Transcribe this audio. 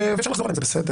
אפשר לחזור עליהן וזה בסדר.